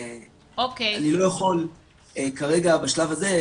אני לא יכול כרגע בשלב הזה,